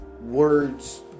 words